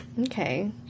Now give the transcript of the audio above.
Okay